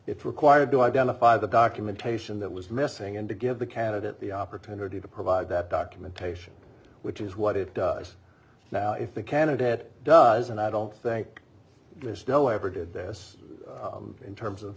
it required to identify the documentation that was missing and to give the candidate the opportunity to provide that documentation which is what it does now if the candidate does and i don't think just know i ever did this in terms of